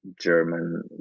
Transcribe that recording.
German